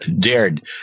Dared